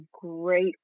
great